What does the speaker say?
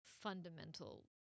fundamental